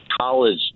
college